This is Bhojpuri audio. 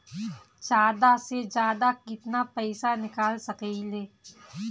जादा से जादा कितना पैसा निकाल सकईले?